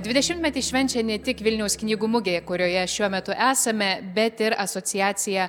dvidešimtmetį švenčia ne tik vilniaus knygų mugė kurioje šiuo metu esame bet ir asociacija